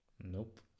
nope